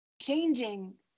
changing